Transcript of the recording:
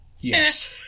Yes